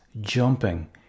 jumping